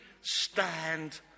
stand